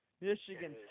Michigan